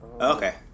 Okay